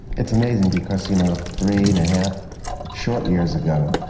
it's amazing, because you know, three and a half short years ago,